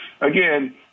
again